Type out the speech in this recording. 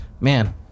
man